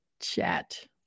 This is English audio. chat